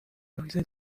جایزه